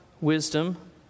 wisdom